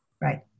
Right